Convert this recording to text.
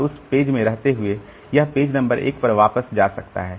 और उस पेज में रहते हुए यह पेज नंबर 1 पर वापस जा सकता है